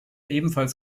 ebenfalls